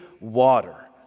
Water